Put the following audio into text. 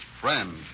friend